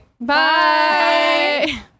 Bye